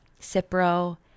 Cipro